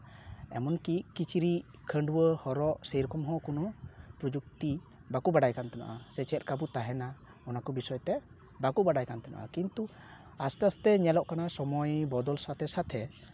ᱮᱢᱚᱱᱠᱤ ᱠᱤᱪᱨᱤᱪ ᱠᱷᱟᱺᱰᱣᱟᱹᱜ ᱦᱚᱨᱚᱜ ᱥᱮᱨᱚᱠᱚᱢ ᱦᱚᱸ ᱠᱳᱱᱳ ᱯᱨᱚᱡᱩᱠᱛᱤ ᱵᱟᱠᱚ ᱵᱟᱰᱟᱭ ᱠᱟᱱ ᱛᱟᱦᱮᱱᱚᱜᱼᱟ ᱥᱮ ᱪᱮᱫ ᱞᱮᱠᱟ ᱵᱚ ᱛᱟᱦᱮᱱᱟ ᱚᱱᱟ ᱠᱚ ᱵᱤᱥᱚᱭ ᱛᱮ ᱵᱟᱠᱚ ᱵᱟᱰᱟᱭ ᱠᱟᱱ ᱛᱟᱦᱮᱱᱚᱜᱼᱟ ᱠᱤᱱᱛᱩ ᱟᱥᱛᱮ ᱟᱥᱛᱮ ᱛᱮ ᱧᱮᱞᱚᱜ ᱠᱟᱱᱟ ᱥᱚᱢᱚᱭ ᱵᱚᱫᱚᱞ ᱥᱟᱛᱷᱮ ᱥᱟᱛᱷᱮ